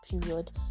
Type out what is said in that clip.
period